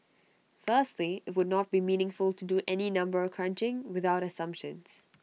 firstly IT would not be meaningful to do any number crunching without assumptions